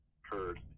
heard